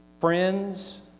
friends